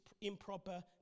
improper